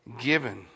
given